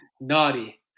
Naughty